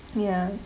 ya